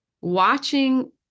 watching